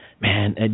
Man